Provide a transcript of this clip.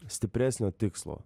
stipresnio tikslo